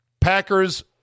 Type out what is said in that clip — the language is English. Packers